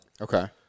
Okay